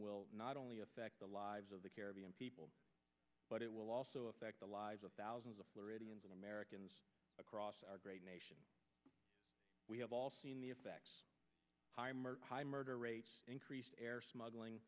will not only affect the lives of the caribbean people but it will also affect the lives of thousands of floridians and americans across our great nation we have all seen the effects of high murder high murder rates increased air smuggling